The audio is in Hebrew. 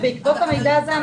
ובעקבות המידע הזה,